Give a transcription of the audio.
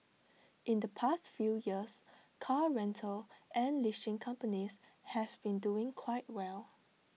in the past few years car rental and leasing companies have been doing quite well